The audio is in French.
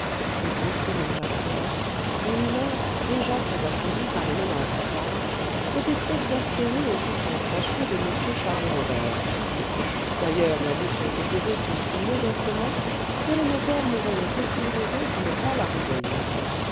dit brusquement jacques ferrand dont l'humeur déjà très assombrie par les menaces de sarah s'était exaspérée aux soupçons fâcheux de m charles robert d'ailleurs la duchesse était vêtue si modestement que le notaire ne voyait aucune raison pour ne pas la rudoyer